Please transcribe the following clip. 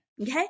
Okay